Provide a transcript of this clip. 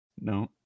No